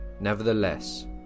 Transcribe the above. Nevertheless